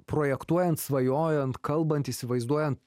projektuojant svajojant kalbant įsivaizduojant